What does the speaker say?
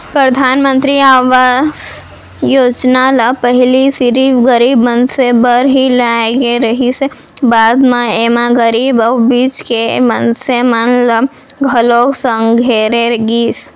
परधानमंतरी आवास योजना ल पहिली सिरिफ गरीब मनसे बर ही लाए गे रिहिस हे, बाद म एमा गरीब अउ बीच के मनसे मन ल घलोक संघेरे गिस